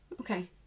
okay